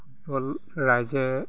football ৰাইজে